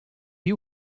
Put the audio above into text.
you